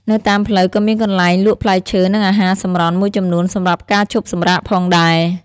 នៅតាមផ្លូវក៏មានកន្លែងលក់ផ្លែឈើនិងអាហារសម្រន់មួយចំនួនសម្រាប់ការឈប់សម្រាកផងដែរ។